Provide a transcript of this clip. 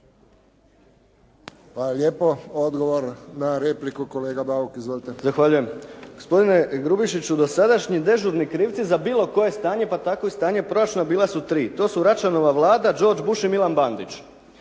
lijepo. Odgovor na repliku kolega Bauk. Izvolite. **Bauk, Arsen (SDP)** Zahvaljujem. Gospodine Grubišiću dosadašnji dežurni krivci za bilo koje stanje, pa tako i stanje proračuna bila su tri. To su Račanova Vlada, George Bush i Milan Bandić,